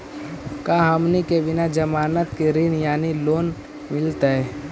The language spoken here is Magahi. का हमनी के बिना जमानत के ऋण यानी लोन मिलतई?